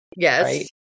Yes